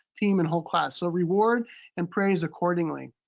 team, and whole class. so reward and praise accordingly.